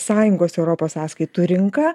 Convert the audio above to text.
sąjungos europos sąskaitų rinka